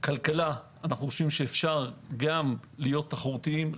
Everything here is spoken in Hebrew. כלכלה אנו חושבים שאפשר גם להיות תחרותיים,